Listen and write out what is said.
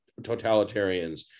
totalitarians